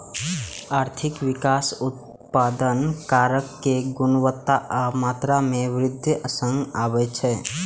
आर्थिक विकास उत्पादन कारक के गुणवत्ता आ मात्रा मे वृद्धि सं आबै छै